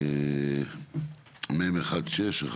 מ/1612.